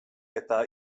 eta